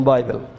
Bible